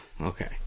okay